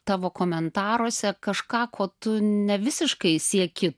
tavo komentaruose kažką ko tu ne visiškai sieki